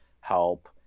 help